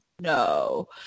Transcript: no